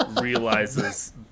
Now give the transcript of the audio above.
realizes